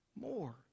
more